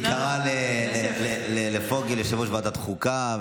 היא קראה לפוגל יושב-ראש ועדת חוקה,